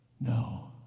No